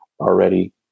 already